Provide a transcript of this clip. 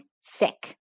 sick